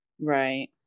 Right